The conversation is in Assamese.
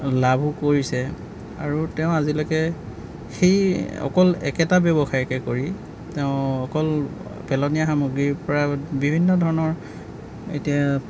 লাভো কৰিছে আৰু তেওঁ আজিলৈকে সেই অকল একেটা ব্য়ৱসায়কে কৰি তেওঁ অকল পেলনীয়া সামগ্ৰীৰ পৰা বিভিন্ন ধৰণৰ এতিয়া